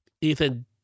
Ethan